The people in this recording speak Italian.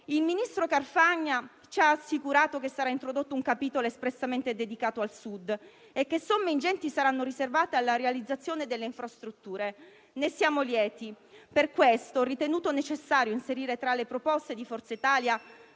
Il ministro Carfagna ci ha assicurato che sarà introdotto un capitolo espressamente dedicato al Sud e che somme ingenti saranno riservate alla realizzazione delle infrastrutture; ne siamo lieti. Per questo ho ritenuto necessario inserire tra le proposte di Forza Italia